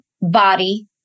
body